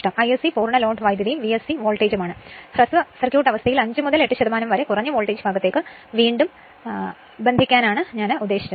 Isc പൂർണ്ണ load വൈദ്യുതിയും V s c വോൾട്ടേജുമാണ് ഹ്രസ്വ പരിവാഹ അവസ്ഥയിൽ 5 മുതൽ 8 ശതമാനം വരെ കുറഞ്ഞ വോൾട്ടേജ് ഭാഗത്തേക്ക് വീണ്ടും ബന്ധിപ്പിക്കാൻ ഞാൻ പറഞ്ഞത്